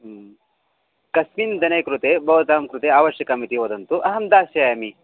कस्मिन् दिने कृते भवतां कृते आवश्यकम् इति वदन्तु अहं दास्यामि